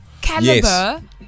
caliber